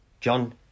John